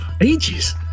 ages